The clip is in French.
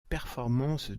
performances